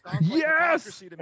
Yes